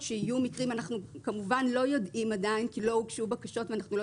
אנחנו כמובן לא יודעים עדיין כי לא הוגשו בקשות ואנחנו לא